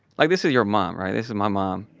like, this is your mom, right. this is my mom.